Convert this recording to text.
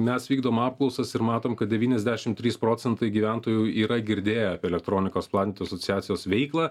mes vykdom apklausas ir matom kad devyniasdešimt trys procentai gyventojų yra girdėję elektronikos platintojų asociacijos veiklą